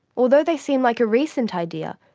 although they seem like a recent idea,